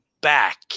back